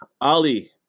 Ali